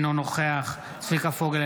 אינו נוכח צביקה פוגל,